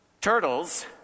Turtles